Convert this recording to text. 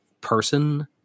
person